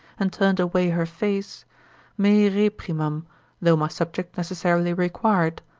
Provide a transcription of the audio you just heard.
and turned away her face me reprimam though my subject necessarily require it,